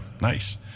Nice